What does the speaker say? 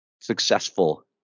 successful